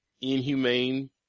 inhumane